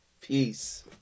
Peace